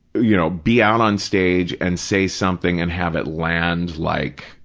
you know, be out on stage and say something and have it land like,